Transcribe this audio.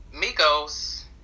Migos